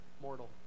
mortal